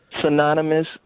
synonymous